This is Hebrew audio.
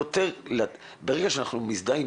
ברגע שאנחנו מזדהים,